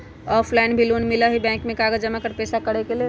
Offline भी loan मिलहई bank में कागज जमाकर पेशा करेके लेल?